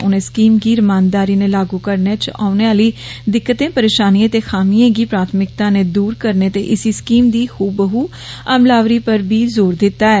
उन्ने स्कीम ी रमानदारी नै लापू करने इच औने आहली दिक्कते रेशानियें ते खामियें ी प्राथमिकता नै दूर करने ते इसी स्कीम दी ह बू ह अमलावरी र जोर दिता ऐ